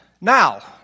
Now